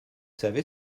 savez